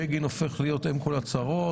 בגין הופך להיות אם כל הצרות.